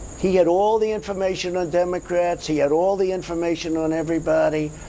he had all the information on democrats, he had all the information on everybody.